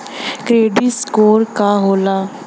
Credit score का होला?